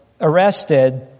arrested